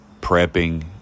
prepping